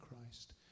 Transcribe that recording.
Christ